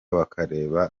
bakareba